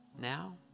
now